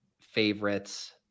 favorites